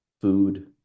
food